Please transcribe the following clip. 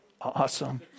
Awesome